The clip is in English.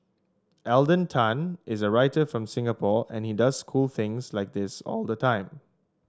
Alden Tan is a writer from Singapore and he does cool things like that all the time